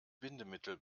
bindemittel